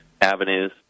avenues